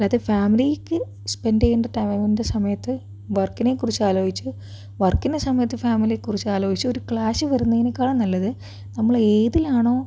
അല്ലാതെ ഫാമിലിയ്ക്ക് സ്പെൻഡ് ചെയ്യേണ്ട ടൈമിൻ്റെ സമയത്ത് വർക്കിനെ കുറിച്ചു ആലോചിച്ച് വർക്കിൻ്റെ സമയത്ത് ഫാമിലിയെ കുറിച്ചു ആലോചിച്ച് ഒരു ക്ലാഷ് വരുന്നതിനേക്കാളും നല്ലത് നമ്മൾ ഏതിലാണോ